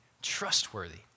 trustworthy